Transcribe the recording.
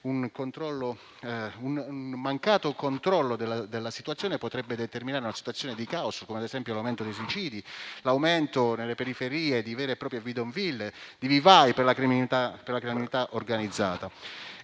Un mancato controllo della situazione potrebbe determinare una condizione di *caos* come, ad esempio, l'aumento dei suicidi, l'aumento nelle periferie di vere e proprie *bidonville*, di vivai per la criminalità organizzata.